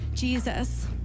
Jesus